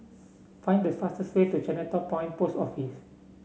find the fastest way to Chinatown Point Post Office